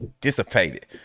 dissipated